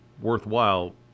worthwhile